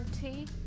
tea